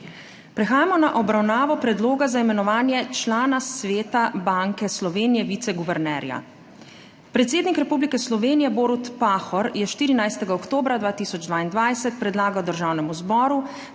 Prehajamo na obravnavo Predloga za imenovanje člana Sveta Banke Slovenije - viceguvernerja. Predsednik Republike Slovenije Borut Pahor je 14. oktobra 2022 predlagal Državnemu zboru,